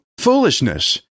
foolishness